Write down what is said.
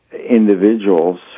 individuals